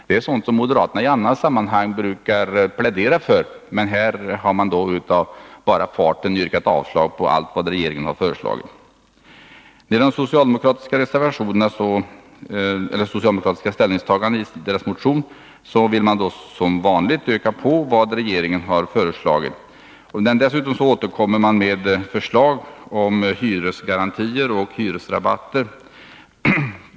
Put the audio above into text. Det är sådant som moderaterna i andra sammanhang brukar plädera för, men här har man av bara farten yrkat avslag på allt det regeringen har föreslagit. Socialdemokraterna vill i sina ställningstaganden i motionen som vanligt öka på det som regeringen föreslagit. Dessutom återkommer man med förslag om hyresgarantier och hyresrabatter.